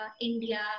India